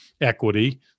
equity